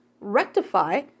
rectify